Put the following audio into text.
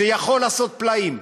שיכול לעשות פלאים,